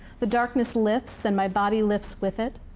the darkness lifts, and my body lifts with it.